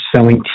selling